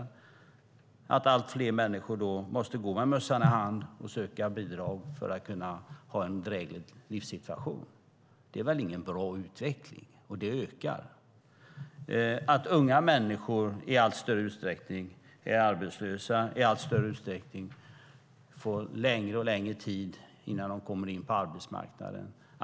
Då måste allt fler människor gå med mössan i hand och söka bidrag för att kunna ha en dräglig livssituation. Det är väl ingen bra utveckling? Och detta är någonting som ökar. Unga människor är i allt större utsträckning arbetslösa, och det tar längre och längre tid innan de kommer in på arbetsmarknaden.